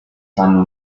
fanno